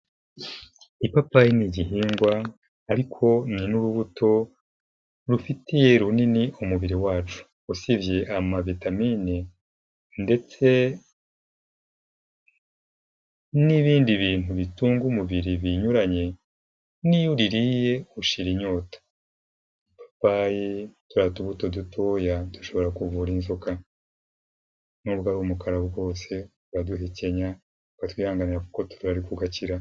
Ipapayi ni igihingwa, ariko ni n'urubuto rufatiye runini umubiri wacu, usibye ama vitamin ndetse n'ibindi bintu bitunga umubiri binyuranye, n'iyo ubiriye ushira inyota, ipapayi turiya tubuto dutoya dushobora kuvura inzoka, n'ubwo ari umukara bwose uraduhekenya ukatwihanganira ariko ugakira.